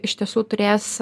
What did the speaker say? iš tiesų turės